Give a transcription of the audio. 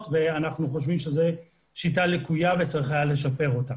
ואנחנו חושבים שזו שיטה לקויה וצריך היה לשפר אותה.